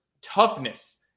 toughness